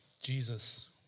Jesus